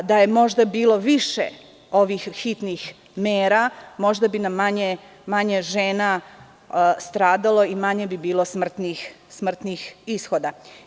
Da je možda bilo više ovih hitnih mera, možda bi nam manje žena stradalo i manje bi bilo smrtnih ishoda.